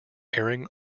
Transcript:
airing